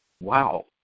Wow